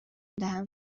دهم